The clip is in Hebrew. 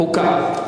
חוקה.